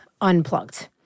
Unplugged